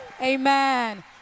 Amen